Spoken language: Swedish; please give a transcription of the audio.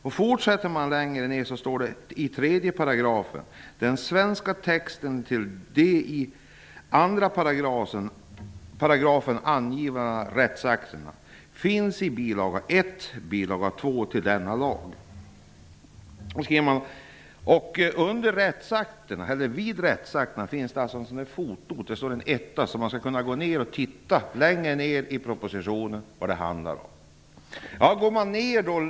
I 3 § står det att den svenska texten till de i 2 § angivna rättsakterna finns i bil. 1 och bil. 2 till denna lag. Vid rättsakterna finns det en fotnot så att man skall kunna titta efter vad det handlar om längre fram i propositionen.